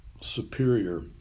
superior